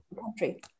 country